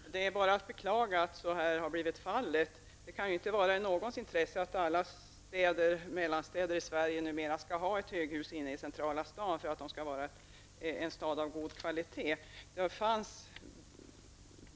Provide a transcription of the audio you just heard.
Herr talman! Det är bara att beklaga att beslutet har utfallit på detta sätt. Det kan inte vara så att alla mellanstora städer i Sverige numera skall ha ett höghus inne i centrala staden för att de skall anses vara städer av god kvalitet. Det finns